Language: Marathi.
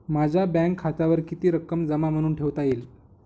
माझ्या बँक खात्यावर किती रक्कम जमा म्हणून ठेवता येईल?